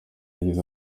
yagize